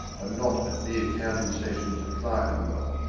and not at mere county sessions at clerkenwell,